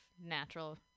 natural